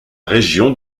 région